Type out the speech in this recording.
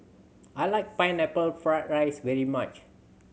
I like Pineapple Fried rice very much